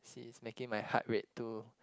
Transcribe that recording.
see it's making my heart rate too